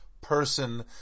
person